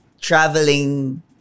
traveling